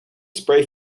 spray